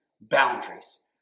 boundaries